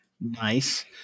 Nice